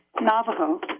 Navajo